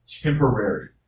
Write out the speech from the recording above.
temporary